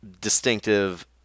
distinctive